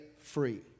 free